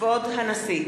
כבוד הנשיא!